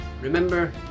Remember